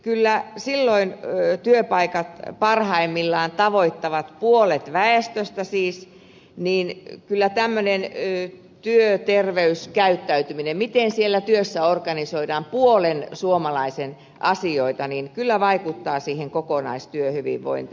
kyllä silloin kun työpaikat parhaimmillaan tavoittavat puolet väestöstä siis tämmöinen työterveyskäyttäytyminen miten siellä työssä organisoidaan puolen suomalaisista asioita vaikuttaa siihen kokonaistyöhyvinvointiin